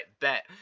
bet